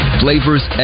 flavors